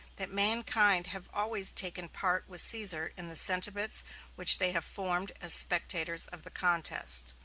that mankind have always taken part with caesar in the sentiments which they have formed as spectators of the contest.